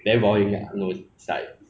eh 你这个 case 很好看 eh 哪里买的